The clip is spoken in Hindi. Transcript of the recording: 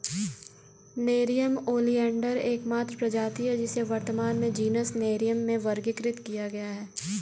नेरियम ओलियंडर एकमात्र प्रजाति है जिसे वर्तमान में जीनस नेरियम में वर्गीकृत किया गया है